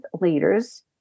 leaders